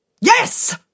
Yes